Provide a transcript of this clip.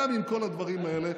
גם עם כל הדברים האלה